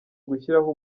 gushyiraho